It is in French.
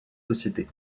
sociétés